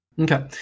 Okay